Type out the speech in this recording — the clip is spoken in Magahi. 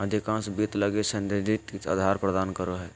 अधिकांश वित्त लगी सैद्धांतिक आधार प्रदान करो हइ